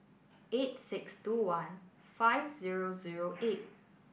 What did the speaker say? eight six two one five zero zero eight